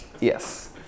Yes